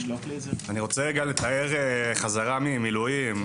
אני רוצה לתאר חזרה ממילואים,